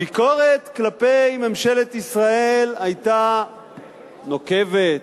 הביקורת כלפי ממשלת ישראל היתה נוקבת,